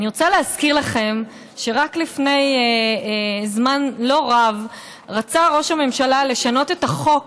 אני רוצה להזכיר לכם שרק לפני זמן לא רב רצה ראש הממשלה לשנות את החוק